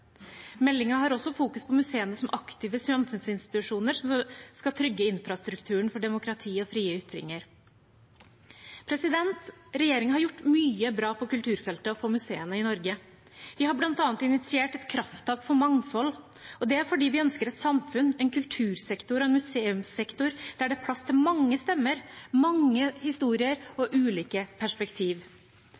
har også fokus på museene som aktive samfunnsinstitusjoner som skal trygge infrastrukturen for demokrati og frie ytringer. Regjeringen har gjort mye bra på kulturfeltet og for museene i Norge. Vi har bl.a. initiert et krafttak for mangfold. Det er fordi vi ønsker et samfunn, en kultursektor og en museumssektor der det er plass til mange stemmer, mange historier og ulike